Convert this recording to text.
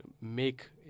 make